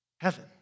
Heaven